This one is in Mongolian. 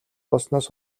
болсноос